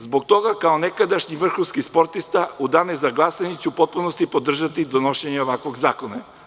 Zbog toga kao nekadašnji vrhunski sportista u Danu za glasanju ću u potpunosti podržati i donošenje ovakvog zakona.